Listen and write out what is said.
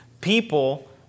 People